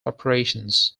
operations